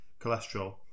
cholesterol